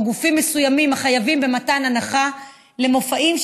גופים מסוימים החייבים במתן הנחה למופעים,